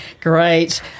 Great